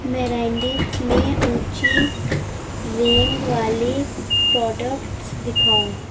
میں اونچی رینگ والے پروڈکٹس دکھاؤ